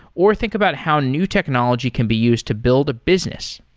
or think about how new technology can be used to build a business.